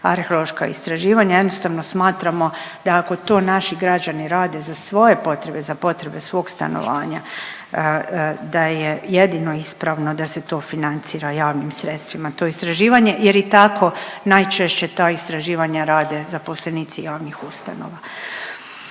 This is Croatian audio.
arheološka istraživanja, jednostavno smatramo da ako to naši građani rade za svoje potrebe i za potrebe svog stanovanja, da je jedino ispravno da se to financira javnim sredstvima to istraživanje jer i tako najčešće ta istraživanja rade zaposlenici javnih ustanova.